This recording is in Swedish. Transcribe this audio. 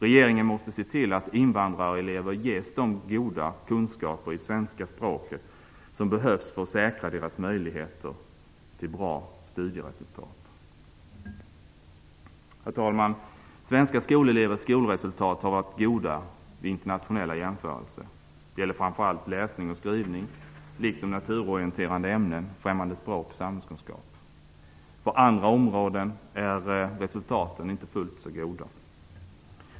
Regeringen måste se till att invandrarelever ges de goda kunskaper i svenska språket som behövs för att säkra deras möjligheter till bra studieresultat. Herr talman! Svenska skolelevers skolresultat har varit goda vid internationella jämförelser. Det gäller framför allt läsning och skrivning liksom naturorienterande ämnen, främmande språk och samhällskunskap. På andra områden är resultaten inte fullt så goda.